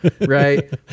Right